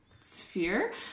sphere